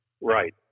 Right